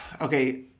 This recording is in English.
Okay